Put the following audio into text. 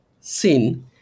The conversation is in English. sin